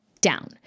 down